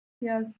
yes